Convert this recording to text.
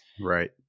Right